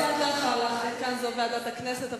זו ועדת הכנסת.